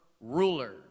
ruler